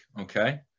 okay